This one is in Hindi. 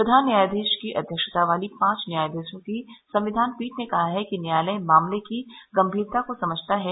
प्रधान न्यायाधीश की अध्यक्षता वाली पांच न्यायाधीशों की संविधान पीठ ने कहा है कि न्यायालय मामले की गंमीरता को समझता है